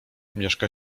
mieszka